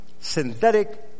synthetic